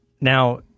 Now